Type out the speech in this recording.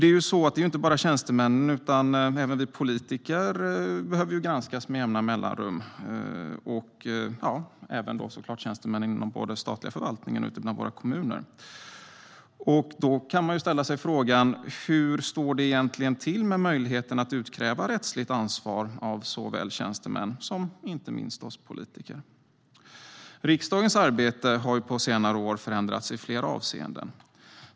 Det är nämligen inte bara tjänstemän utan även vi politiker som behöver granskas med jämna mellanrum - även tjänstemän inom både statlig förvaltning och ute i våra kommuner. Då kan man ställa frågan hur det egentligen står till med möjligheten att utkräva rättsligt ansvar av tjänstemän och inte minst oss politiker. Riksdagens arbete har på senare år förändrats i flera avseenden.